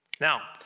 Now